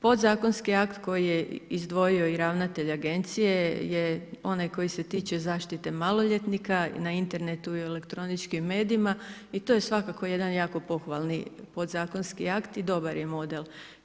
Podzakonski akt koji je izdvojio i ravnatelj Agencije je onaj koji se tiče zaštite maloljetnika na internetu i elektroničkim medijima i to je svakako jedan jako pohvalni podzakonski akt i dobar je model.